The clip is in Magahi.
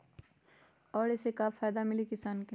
और ये से का फायदा मिली किसान के?